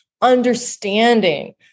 understanding